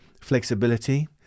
flexibility